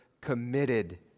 committed